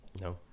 no